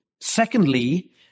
Secondly